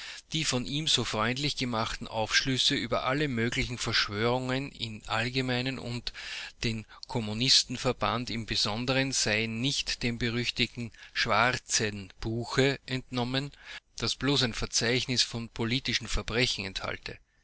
die von ihm so freundlich gemachten aufschlüsse über alle möglichen verschwörungen im allgemeinen und den kommunistenverband im besonderen seien nicht dem berüchtigten schwarzen buche entnommen das bloß ein verzeichnis von politischen verbrechern